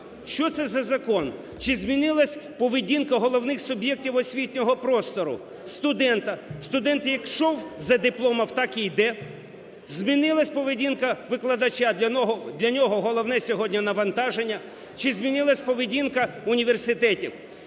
що це за закон? Чи змінилась поведінка головних суб'єктів освітнього простору, студента? Студент як йшов за дипломом, так і йде. Змінилась поведінка викладача? Для нього головне сьогодні – навантаження. Чи змінилась поведінка університетів?